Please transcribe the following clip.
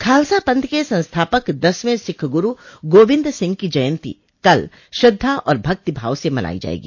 खालसा पंथ के संस्थापक दसवें सिख गुरू गोविन्द सिंह जी की जयंती कल श्रद्वा और भक्तिभाव से मनाई जायेगी